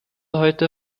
heute